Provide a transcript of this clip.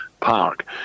Park